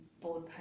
board